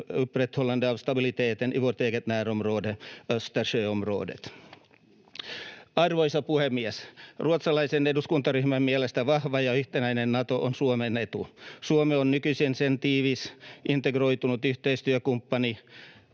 upprätthållandet av stabiliteten i vårt eget närområde, Östersjöområdet. Arvoisa puhemies! Ruotsalaisen eduskuntaryhmän mielestä vahva ja yhtenäinen Nato on Suomen etu. Suomi on nykyisin sen tiivis, integroitunut yhteistyökumppani.